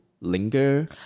linger